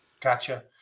gotcha